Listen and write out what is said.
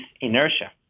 inertia